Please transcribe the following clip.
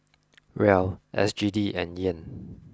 Riel S G D and Yen